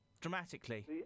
dramatically